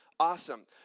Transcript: Awesome